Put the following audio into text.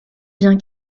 vient